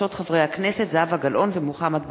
הצעתם של חברי הכנסת זהבה גלאון ומוחמד ברכה.